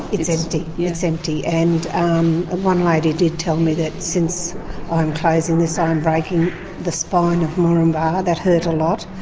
it's empty, it's empty. and one lady did tell me that since i'm closing this, i'm um breaking the spine of moranbah. that hurt a lot,